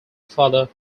father